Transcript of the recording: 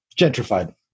gentrified